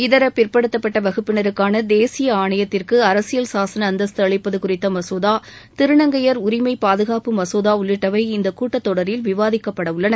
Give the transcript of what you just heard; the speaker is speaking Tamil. இதர பிற்படுத்தப்பட்ட வகுப்பினருக்கான தேசிய ஆணையத்திற்கு அரசியல் சாசன அந்தஸ்த்து அளிப்பது குறித்த மசோதா திருநங்கையர் உரிமை பாதுகாப்பு மசோதா உள்ளிட்டவை இந்தக் கூட்டத் தொடரில் விவாதிக்கப்படவுள்ளன